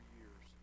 years